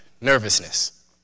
nervousness